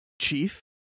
chief